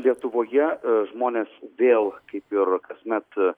lietuvoje žmonės vėl kaip ir kasmet